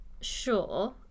sure